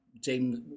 James